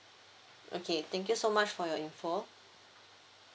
okay thank you so much for your info